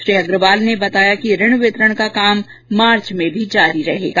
श्री अग्रवाल ने बताया कि ऋण वितरण का काम मार्च में भी जारी रहेगा